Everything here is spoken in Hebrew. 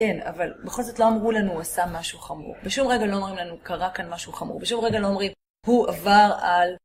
כן, אבל בכל זאת לא אמרו לנו, הוא עשה משהו חמור. בשום רגע לא אומרים לנו, קרה כאן משהו חמור. בשום רגע לא אומרים, הוא עבר על...